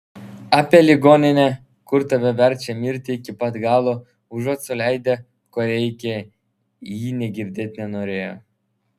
apie ligoninę kur tave verčia mirti iki pat galo užuot suleidę ko reikia ji nė girdėt nenorėjo